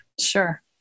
Sure